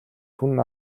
хүн